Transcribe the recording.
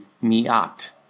Mi'at